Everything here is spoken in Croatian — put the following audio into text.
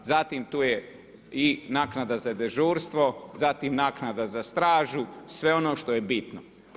Zatim tu je i naknada za dežurstvo, zatim naknada za stražu, sve ono što je bitno.